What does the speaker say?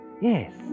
Yes